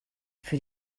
für